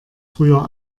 früher